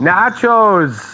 Nachos